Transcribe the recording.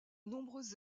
nombreuses